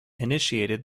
initiated